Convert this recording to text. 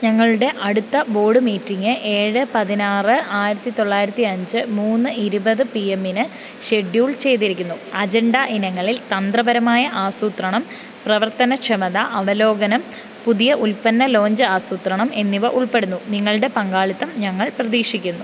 ഞങ്ങളുടെ അടുത്ത board meeting ഏഴ് പതിനാറ് ആയിരത്തി തൊള്ളായിരത്തി അഞ്ച് മൂന്ന് ഇരുപത് പിഎമ്മിന് ഷെഡ്യൂൾ ചെയ്തിരിക്കുന്നു അജണ്ട ഇനങ്ങളിൽ തന്ത്രപരമായ ആസൂത്രണം പ്രവർത്തന ക്ഷമത അവലോകനം പുതിയ ഉൽപ്പന്ന ലോഞ്ച് ആസൂത്രണം എന്നിവ ഉൾപ്പെടുന്നു നിങ്ങളുടെ പങ്കാളിത്തം ഞങ്ങൾ പ്രതീക്ഷിക്കുന്നു